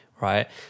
right